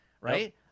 Right